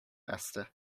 esther